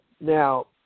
Now